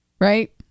Right